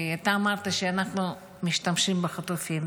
אתה אמרת שאנחנו משתמשים בחטופים.